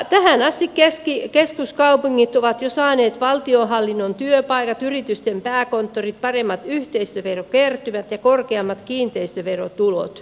tähän asti keskuskaupungit ovat jo saaneet valtionhallinnon työpaikat yritysten pääkonttorit paremmat yhteisöverokertymät ja korkeammat kiinteistöverotulot